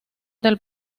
del